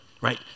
right